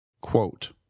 quote